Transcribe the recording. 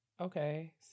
Okay